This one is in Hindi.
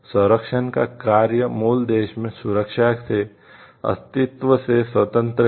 संरक्षण का कार्य मूल देश में सुरक्षा के अस्तित्व से स्वतंत्र है